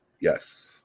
yes